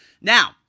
Now